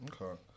Okay